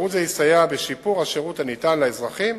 שירות זה יסייע בשיפור השירות הניתן לאזרחים